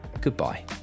goodbye